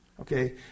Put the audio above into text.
okay